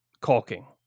caulking